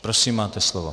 Prosím máte slovo.